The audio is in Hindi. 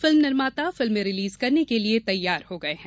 फिल्म निर्माता फिल्में रिलीज़ करने के लिये तैयार हो गये हैं